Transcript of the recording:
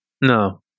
No